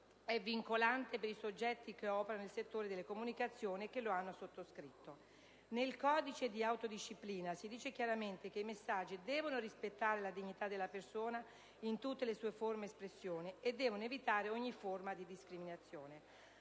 è vincolante per i soggetti che operano nel settore delle comunicazioni e che lo hanno sottoscritto. Nel codice di autodisciplina si dice chiaramente che i messaggi devono rispettare la dignità della persona in tutte le sue forme ed espressioni e devono evitare ogni forma di discriminazione.